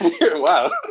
wow